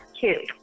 two